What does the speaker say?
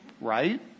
right